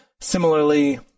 Similarly